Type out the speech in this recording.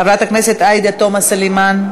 חברת הכנסת עאידה תומא סלימאן,